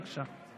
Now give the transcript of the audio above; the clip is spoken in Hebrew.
בבקשה.